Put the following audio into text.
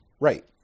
right